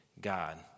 God